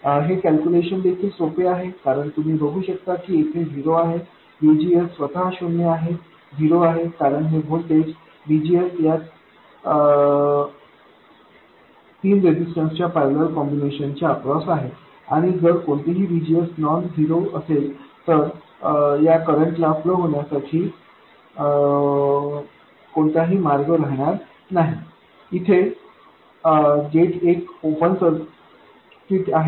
हे कॅलक्युलेशन देखील अगदी सोपे आहे कारण तुम्ही बघू शकता की हे येथे झिरो आहे VGS स्वतः शून्य आहे कारण हे व्होल्टेज VGS या तीन रेजिस्टन्स च्या पॅरेलल कॉम्बिनेशन च्या अक्रॉस आहे आणि जर कोणतेही VGS नॉन झिरो असेल तर या करंट ला फ्लो होण्यासाठी कोणताही मार्ग राहणार नाही इथे गेट एक ओपन सर्किट आहे